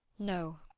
no,